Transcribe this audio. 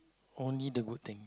only the good thing